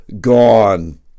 gone